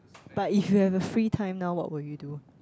but if you a free time now what would you do